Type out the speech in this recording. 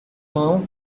cão